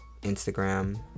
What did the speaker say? Instagram